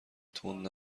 تند